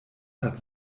hat